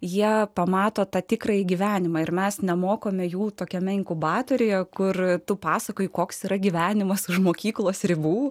jie pamato tą tikrąjį gyvenimą ir mes nemokome jų tokiame inkubatoriuje kur tu pasakoji koks yra gyvenimas už mokyklos ribų